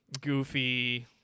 goofy